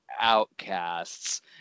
outcasts